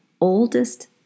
oldest